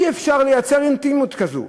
אי-אפשר לייצר אינטימיות כזאת.